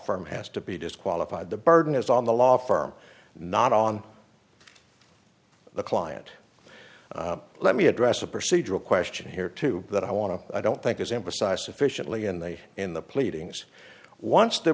firm has to be disqualified the burden is on the law firm not on the client let me address a procedural question here too that i want to i don't think is emphasized sufficiently in the in the pleadings once the